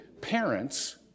parents